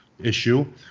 issue